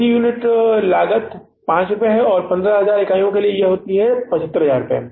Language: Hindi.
तो यह प्रति यूनिट लागत 5 है और 15000 इकाइयों के लिए यह कितना है